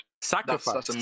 sacrifice